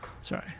Sorry